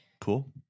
cool